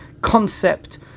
concept